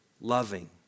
Loving